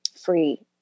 free